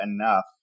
enough